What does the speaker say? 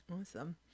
Awesome